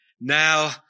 now